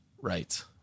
Right